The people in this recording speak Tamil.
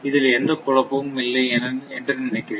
இதில் எந்த குழப்பமும் இல்லை என்று நினைக்கிறேன்